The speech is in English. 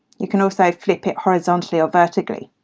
you can also flip it horizontally or vertically.